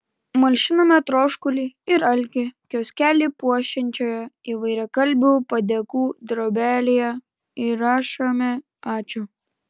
malšiname troškulį ir alkį kioskelį puošiančioje įvairiakalbių padėkų drobėje įrašome ačiū